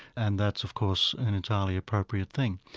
and that's of course an entirely appropriate thing.